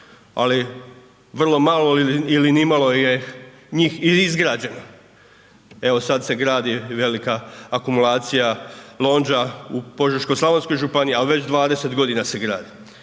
ali vrlo malo ili nimalo je njih izgrađeno. Evo sad se gradi velika akumulacija Lonđa u Požeško-slavonskoj županiji ali već 20 g. se gradi.